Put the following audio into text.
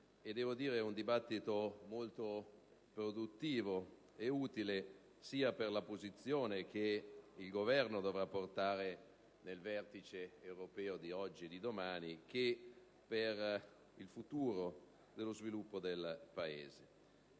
devo dire, è stato molto produttivo e utile sia per la posizione che il Governo dovrà portare al vertice europeo di oggi e domani, che per il futuro sviluppo del Paese.